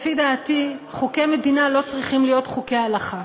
לפי דעתי, חוקי מדינה לא צריכים להיות חוקי הלכה,